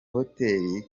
hotel